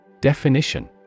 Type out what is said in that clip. Definition